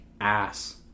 ass